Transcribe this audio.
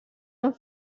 amb